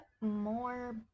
more